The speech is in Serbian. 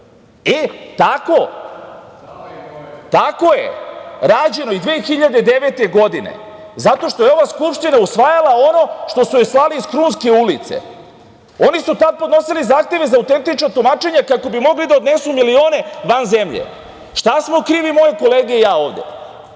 E, tako je rađeno i 2009. godine, zato što je ova Skupština usvajala ono što su joj slali iz Krunske ulice. Oni su tada podnosili zahteve za autentično tumačenje, kako bi mogli da odnesu milione van zemlje. Šta smo krivi moje kolege i ja ovde?